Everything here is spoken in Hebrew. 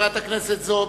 חברת הכנסת זועבי,